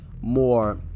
more